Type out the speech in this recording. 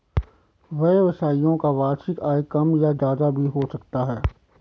व्यवसायियों का वार्षिक आय कम या ज्यादा भी हो सकता है